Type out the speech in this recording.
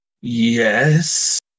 Yes